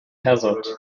hazard